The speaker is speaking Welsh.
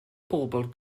bobl